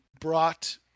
brought